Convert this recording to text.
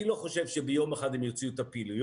אני לא חושב שביום אחד הם יוציאו את הפעילויות,